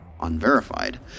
unverified